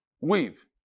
weave